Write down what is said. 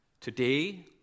Today